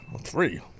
three